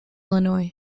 illinois